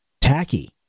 tacky